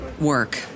work